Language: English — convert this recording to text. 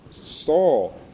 Saul